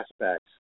aspects